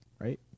Right